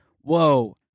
whoa